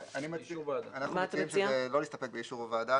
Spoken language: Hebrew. אנחנו מציעים לא להסתפק באישור הוועדה.